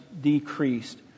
decreased